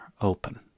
open